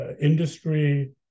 industry